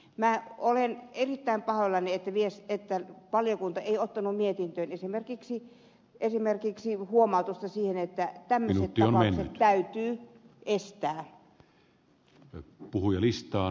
minä olen erittäin pahoillani että valiokunta ei ottanut mietintöön esimerkiksi huomautusta siitä että tämmöiset tapaukset täytyy estää